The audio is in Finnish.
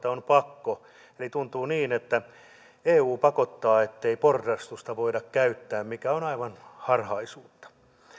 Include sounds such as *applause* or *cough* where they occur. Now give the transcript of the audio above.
*unintelligible* on pakko eli tuntuu siltä että eu pakottaa ettei porrastusta voida käyttää mikä on aivan harhaisuutta